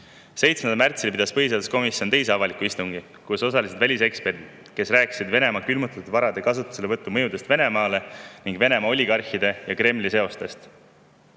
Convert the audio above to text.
7. märtsil pidas põhiseaduskomisjon teise avaliku istungi, kus osalesid väliseksperdid, kes rääkisid Venemaa külmutatud varade kasutuselevõtu mõjust Venemaale ning Venemaa oligarhide ja Kremli seostest.